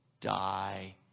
die